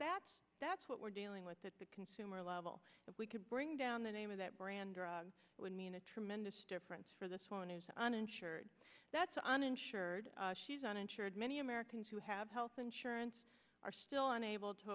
that's that's what we're dealing with that the consumer level that we could bring down the name of that brand drug would mean a tremendous difference for this woman who's uninsured that's uninsured she's uninsured many americans who have health insurance are still unable to